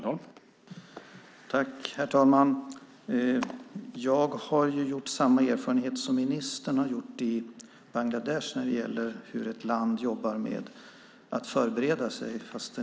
Herr talman! Jag har gjort samma erfarenhet som ministern har gjort i Bangladesh när det gäller hur ett land jobbar med att förbereda sig.